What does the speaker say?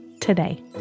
today